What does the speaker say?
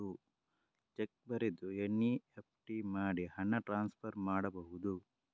Check ಬರೆದು NEFT ಮಾಡಿ ಹಣ ಟ್ರಾನ್ಸ್ಫರ್ ಮಾಡಬಹುದು?